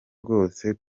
rwose